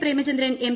Premachandran M